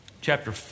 Chapter